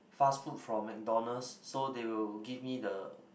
fast food from McDonald's so they will give me the